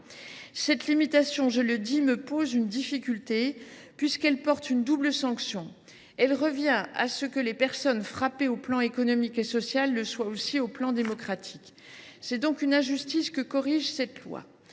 Cette limitation, je le dis, me pose une difficulté, puisqu’elle porte une double sanction : elle revient à ce que les personnes frappées sur le plan économique et social le soient aussi sur le plan démocratique. C’est donc une injustice que corrige ce texte.